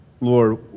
Lord